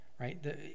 right